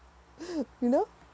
you know